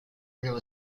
real